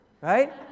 right